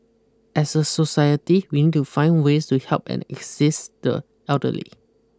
as a society we need to find ways to help and access the elderly